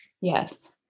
Yes